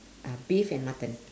uh beef and mutton